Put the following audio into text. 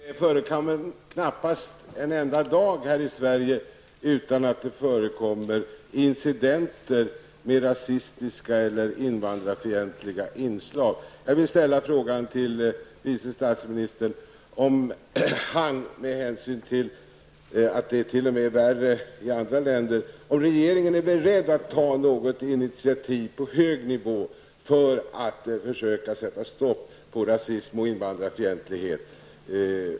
Herr talman! Det går knappast en dag utan att det här i Sverige förekommer incidenter med rasistiska eller invandrarfientliga inslag. Jag vill fråga vice statsministern, med hänsyn till att det t.o.m. är värre i andra länder, om regeringen är beredd att ta något initiativ för att försöka sätta stopp för rasism och invandrarfientlighet.